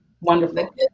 Wonderful